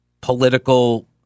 political